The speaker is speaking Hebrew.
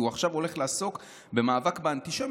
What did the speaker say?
כי הוא עכשיו הולך לעסוק במאבק באנטישמיות.